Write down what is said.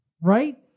Right